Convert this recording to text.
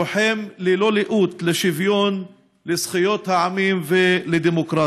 לוחם ללא לאות לשוויון, לזכויות העמים ולדמוקרטיה.